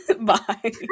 Bye